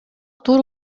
тур